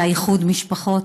היה איחוד משפחות,